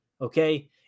Okay